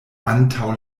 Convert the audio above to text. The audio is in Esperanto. antaŭ